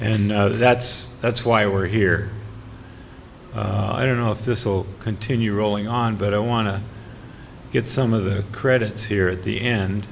and that's that's why we're here i don't know if this will continue rolling on but i want to get some of the credits here at the end